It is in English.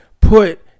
put